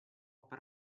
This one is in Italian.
per